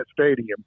stadium